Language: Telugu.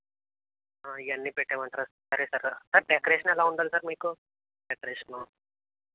ఇవి అన్నీపెట్టమంటారా సార్ సరే సార్ సార్ డెకరేషన్ ఎలా ఉండాలి సార్ మీకు డెకరేషను